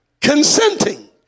Consenting